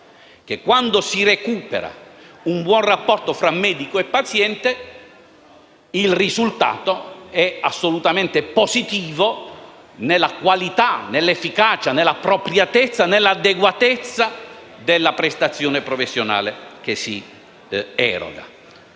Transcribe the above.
che quando si recupera un buon rapporto tra medico e paziente il risultato è assolutamente positivo nella qualità, nell'efficacia, nell'appropriatezza e nell'adeguatezza della prestazione professionale che si eroga.